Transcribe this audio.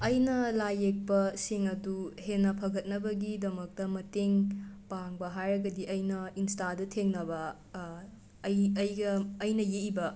ꯑꯩꯅ ꯂꯥꯏ ꯌꯦꯛꯄꯁꯤꯡ ꯑꯗꯨ ꯍꯦꯟꯅ ꯐꯒꯠꯅꯕꯒꯤꯗꯃꯛꯇ ꯃꯇꯦꯡ ꯄꯥꯡꯕ ꯍꯥꯏꯔꯒꯗꯤ ꯑꯩꯅ ꯏꯟꯁꯇꯥꯗ ꯊꯦꯡꯅꯕ ꯑꯩ ꯑꯩꯒ ꯑꯩꯅ ꯌꯦꯛꯏꯕ